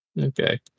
Okay